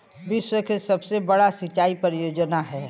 विश्व के सबसे बड़ा सिंचाई परियोजना हौ